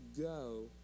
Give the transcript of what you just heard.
go